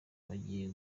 bagiye